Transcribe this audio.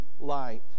light